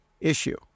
issue